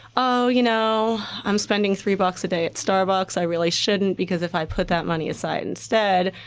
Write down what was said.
oh, you know i'm spending three bucks a day at starbucks. i really shouldn't because if i put that money aside instead,